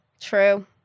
True